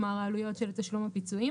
כלומר העלויות של תשלום הפיצויים,